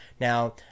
Now